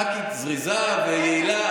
ח"כית זריזה ויעילה,